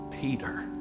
Peter